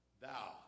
Thou